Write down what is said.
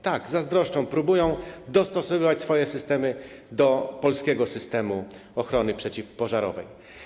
Tak, zazdroszczą, próbują dostosowywać swoje systemy do polskiego systemu ochrony przeciwpożarowej.